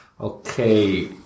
Okay